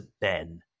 Ben